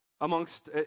amongst